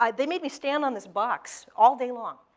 um they made me stand on this box all day long.